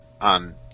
on